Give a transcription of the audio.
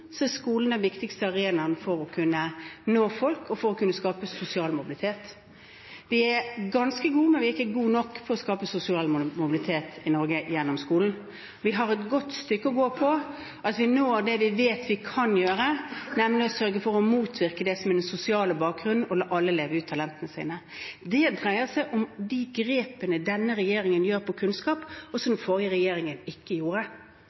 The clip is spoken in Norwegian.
er skolen den viktigste arenaen for å kunne nå folk og for å kunne skape sosial mobilitet. Vi er ganske gode, men vi er ikke gode nok på å skape sosial mobilitet i Norge gjennom skolen. Vi har et godt stykke å gå før vi når det vi vet vi kan gjøre, nemlig å sørge for å motvirke det som er sosial bakgrunn og la alle leve ut talentene sine. Det dreier seg om de grepene denne regjeringen gjør på kunnskap, og som den forrige regjeringen ikke gjorde